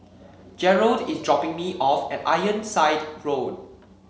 Jerrold is dropping me off at Ironside Road